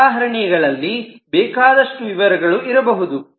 ಈ ಉದಾಹರಣೆಗಳಲ್ಲಿ ಬೇಕಾದಷ್ಟು ವಿವರಗಳು ಇರಬಹುದು